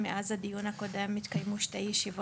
מאז הדיון הקודם התקיימו שתי ישיבות,